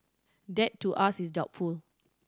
that to us is doubtful